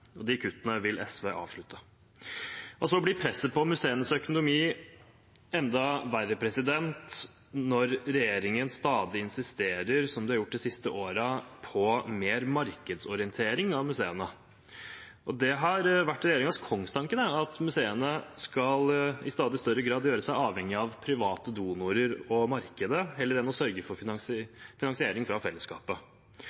kuttene vil SV avslutte. Presset på museenes økonomi blir enda verre når regjeringen stadig insisterer på – som de har gjort de siste årene – mer markedsorientering av museene. Det har vært regjeringens kongstanke at museene i stadig større grad skal gjøre seg avhengige av private donorer og markedet heller enn å sørge for